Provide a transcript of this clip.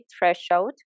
threshold